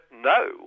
no